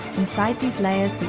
inside these layers,